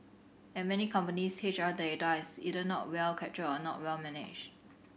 at many companies H R data is either not well captured or not well managed